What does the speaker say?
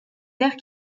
terres